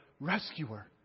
rescuer